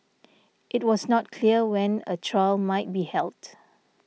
it was not clear when a trial might be held